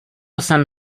jsem